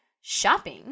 Shopping